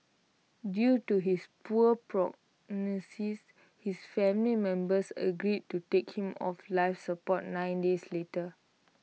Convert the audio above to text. due to his poor prognosis his family members agreed to take him off life support nine days later